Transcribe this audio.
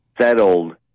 settled